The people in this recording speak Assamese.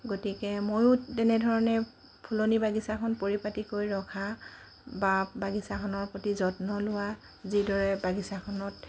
গতিকে মইও তেনেধৰণে ফুলনি বাগিছাখন পৰিপাটিকৈ ৰখা বা বাগিছাখনৰ প্ৰতি যত্ন লোৱা যিদৰে বাগিছাখনত